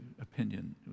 opinion